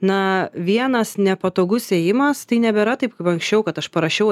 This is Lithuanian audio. na vienas nepatogus įėjimas tai nebėra taip kaip anksčiau kad aš parašiau